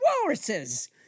walruses